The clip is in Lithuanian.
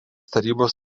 tarybos